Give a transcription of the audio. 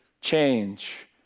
change